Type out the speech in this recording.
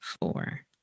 four